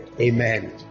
Amen